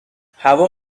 هوا